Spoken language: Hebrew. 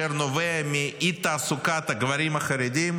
אשר נובע מאי-תעסוקת הגברים החרדים,